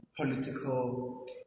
political